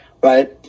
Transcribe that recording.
Right